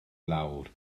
lawr